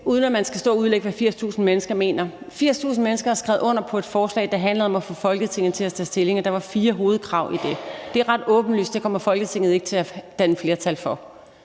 Uden at man skal stå og udlægge, hvad 80.000 mennesker mener, vil jeg sige: 80.000 mennesker har skrevet under på et forslag, der handler om at få Folketinget til at tage stilling, og der var fire hovedkrav i det. Det er ret åbenlyst, at Folketinget ikke kommer til at danne flertal for